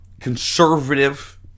conservative